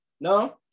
No